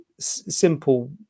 simple